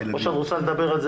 לדבר על זה